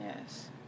Yes